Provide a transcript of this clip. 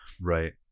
Right